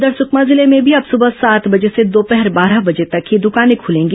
उधर सुकमा जिले में भी अब सुबह सात बजे से दोपहर बारह बजे तक ही दुकानें खुलेंगी